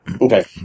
Okay